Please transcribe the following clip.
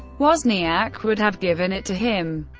wozniak would have given it to him.